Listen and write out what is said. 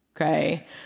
okay